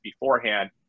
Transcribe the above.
beforehand